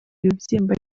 ibibyimba